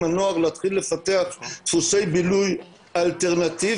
הנוער להתחיל לפתח דפוסי בילוי אלטרנטיביים,